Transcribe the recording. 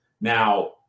Now